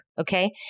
Okay